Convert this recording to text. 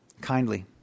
kindly